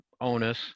onus